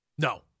No